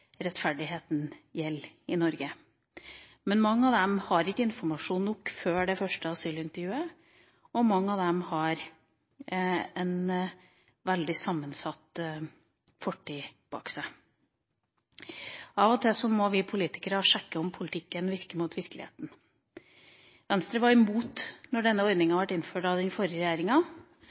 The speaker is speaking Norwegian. rettferdigheten gjelder i Norge. Mange av dem har ikke informasjon nok før det første asylintervjuet, og mange av dem har en veldig sammensatt fortid bak seg. Av og til må vi politikere sjekke om politikken virker mot virkeligheten. Venstre var imot da denne ordninga ble innført av den forrige regjeringa.